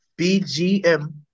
BGM